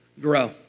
grow